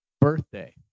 birthday